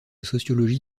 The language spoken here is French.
sociologie